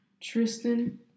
Tristan